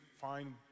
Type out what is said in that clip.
find